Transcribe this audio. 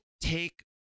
take